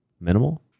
minimal